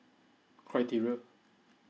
criteria